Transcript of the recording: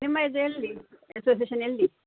ನಿಮ್ಮ ಇದು ಎಲ್ಲಿ ಎಲ್ಲಿ